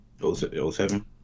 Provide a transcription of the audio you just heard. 07